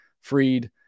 Freed